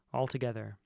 Altogether